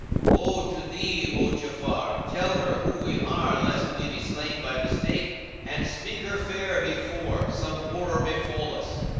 woe to thee, o ja'afar, tell her who we are lest we be slain by mistake and speak her fair be fore some horror befal us.